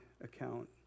account